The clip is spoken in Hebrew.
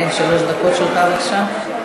שלוש דקות שלך, בבקשה.